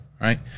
Right